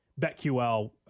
BetQL